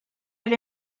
have